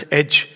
edge